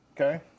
Okay